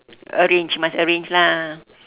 arrange must arrange lah